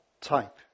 type